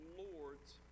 lord's